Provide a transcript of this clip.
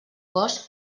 cos